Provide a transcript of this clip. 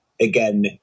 again